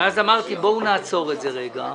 ואמרתי: בואו נעצור את זה רגע,